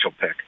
pick